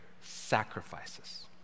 sacrifices